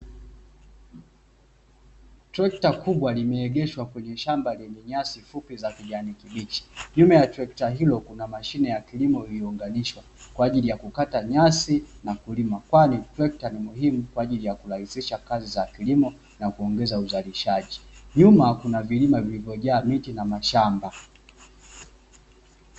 Trekta kubwa limeegeshwa kwenye shamba lenye nyasi fupi za kijani kibichi, nyuma ya trekta hilo kuna mashine ya kilimo iliyounganishwa kwa ajili ya kukata nyasi na kulima kwani trekta ni muhimu kwa ajili ya kurahisisha kazi za kilimo na kuongeza uzalishaji, nyuma kuna vilima vilivyojaa miti na mashamba.